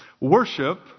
Worship